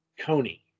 Coney